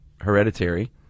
hereditary